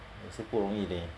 可是不容易 leh